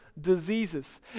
diseases